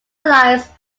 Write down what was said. lines